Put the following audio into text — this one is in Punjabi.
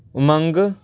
ਉਮੰਗ